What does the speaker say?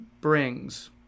brings